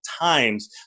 times